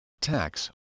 tax